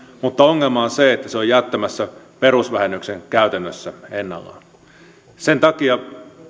mutta ongelma on se että se on jättämässä perusvähennyksen käytännössä ennalleen sen takia